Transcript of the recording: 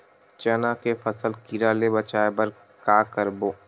चना के फसल कीरा ले बचाय बर का करबो?